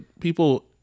people